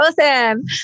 awesome